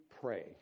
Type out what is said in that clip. pray